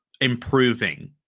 improving